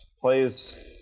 plays